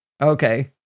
Okay